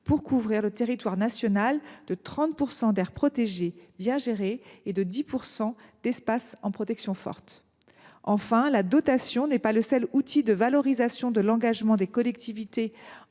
à couvrir le territoire national de 30 % d’aires protégées bien gérées et de 10 % d’espaces sous protection forte. Enfin, la dotation n’est pas le seul outil de valorisation de l’engagement des collectivités